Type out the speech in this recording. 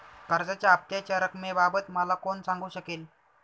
कर्जाच्या हफ्त्याच्या रक्कमेबाबत मला कोण सांगू शकेल?